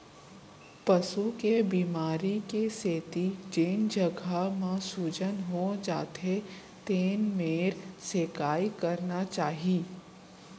पसू के बेमारी के सेती जेन जघा म सूजन हो जाथे तेन मेर सेंकाई करना चाही